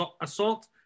assault